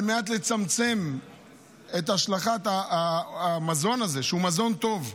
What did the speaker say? שעל מנת לצמצם את השלכת המזון הזה, שהוא מזון טוב,